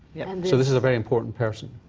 so this is a very important person.